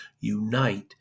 unite